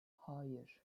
hayır